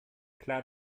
klar